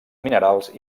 minerals